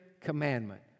commandment